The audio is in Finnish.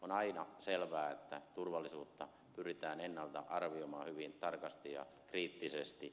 on aina selvää että turvallisuutta pyritään ennalta arvioimaan hyvin tarkasti ja kriittisesti